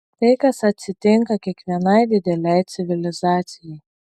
tai kas atsitinka kiekvienai didelei civilizacijai